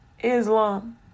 Islam